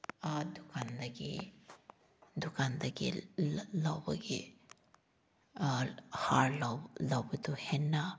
ꯑꯥ ꯗꯨꯀꯥꯟꯗꯒꯤ ꯗꯨꯀꯥꯟꯗꯒꯤ ꯂꯧꯕꯒꯤ ꯍꯥꯔ ꯂꯧꯕꯗꯨ ꯍꯦꯟꯅ